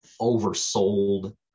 oversold